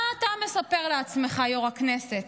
מה אתה מספר לעצמך, יו"ר הכנסת?